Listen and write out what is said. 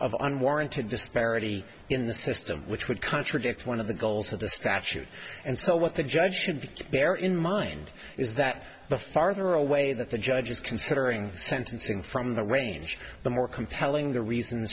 of unwarranted disparity in the system which would contradict one of the goals of the statute and so what the judge should be to bear in mind is that the farther away that the judge is considering sentencing from the range the more compelling the reasons